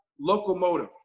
locomotive